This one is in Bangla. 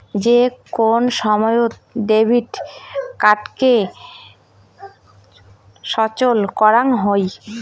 যে কোন সময়ত ডেবিট কার্ডকে সচল করাং হই